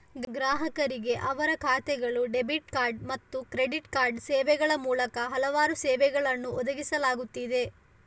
ಗ್ರಾಹಕರಿಗೆ ಅವರ ಖಾತೆಗಳು, ಡೆಬಿಟ್ ಕಾರ್ಡ್ ಮತ್ತು ಕ್ರೆಡಿಟ್ ಕಾರ್ಡ್ ಸೇವೆಗಳ ಮೂಲಕ ಹಲವಾರು ಸೇವೆಗಳನ್ನು ಒದಗಿಸಲಾಗುತ್ತಿದೆ